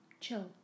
Chill